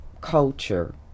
culture